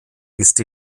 ist